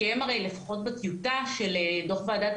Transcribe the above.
כי הם הרי לפחות בטיוטה של דו"ח ועדת